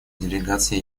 делегация